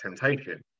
temptation